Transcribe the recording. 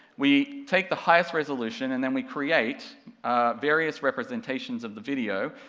we take the highest resolution and then we create various representations of the video,